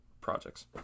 projects